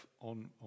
on